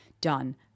done